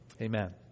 Amen